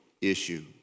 issue